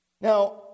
Now